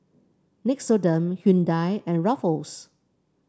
Nixoderm Hyundai and Ruffles